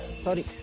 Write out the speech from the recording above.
sorry.